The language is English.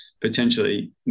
potentially